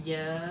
he cry